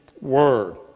word